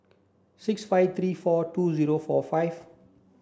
six five three four two zero four five